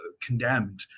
condemned